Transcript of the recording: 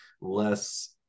less